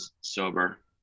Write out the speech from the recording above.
sober